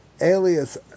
Alias